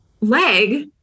leg